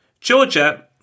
Georgia